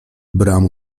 bram